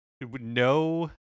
no